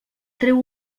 treu